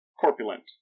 corpulent